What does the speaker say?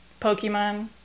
Pokemon